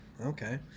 Okay